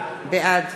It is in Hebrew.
בעד